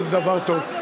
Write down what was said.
וזה דבר טוב.